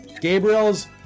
Gabriel's